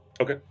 Okay